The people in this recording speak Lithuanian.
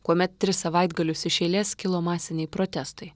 kuomet tris savaitgalius iš eilės kilo masiniai protestai